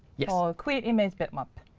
you know ah create image bitmap,